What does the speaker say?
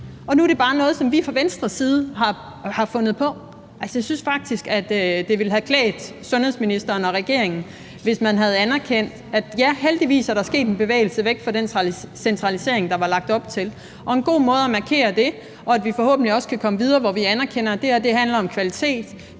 nu er det bare noget, som vi fra Venstres side har fundet på. Altså, jeg synes faktisk, det ville have klædt sundhedsministeren og regeringen, hvis man havde anerkendt, at ja, heldigvis er der sket en bevægelse væk fra den centralisering, der var lagt op til. Og en god måde at markere det på, hvor vi forhåbentlig også kan komme videre, og hvor vi anerkender, at det her handler om kvalitet